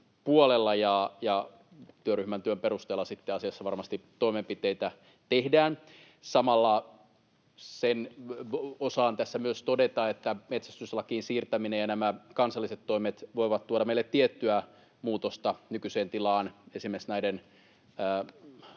Työryhmän työn perusteella sitten asiassa varmasti toimenpiteitä tehdään. Samalla myös sen osaan tässä todeta, että metsästyslakiin siirtäminen ja nämä kansalliset toimet voivat tuoda meille tiettyä muutosta nykyiseen tilaan esimerkiksi ampumalupien